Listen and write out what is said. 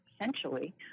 essentially